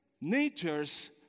nature's